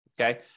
Okay